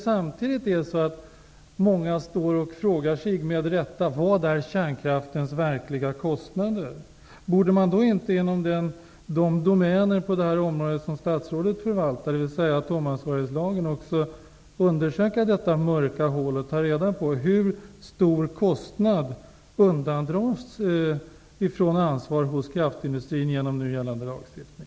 Samtidigt frågar sig många med rätta vilka kärnkraftens verkliga kostnader är. Borde man då inte inom de domäner på området som statsrådet förvaltar, d.v.s. atomansvarighetslagen, undersöka detta mörka hål och ta reda på hur stor kostnad som undandras från ansvar hos kraftindustrin genom nu gällande lagstiftning?